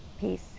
Peace